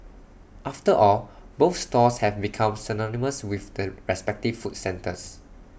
after all both stalls have become synonymous with the respective food centres